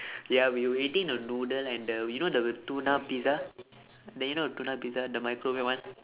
ya we were eating the noodle and the you know the tuna pizza neh you know the tuna pizza the microwave one